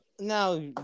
Now